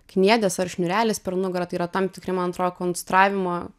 kniedės ar šniūrelis per nugarą tai yra tam tikri man atro konstravimo